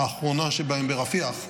האחרונה שבהן ברפיח,